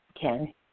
Ken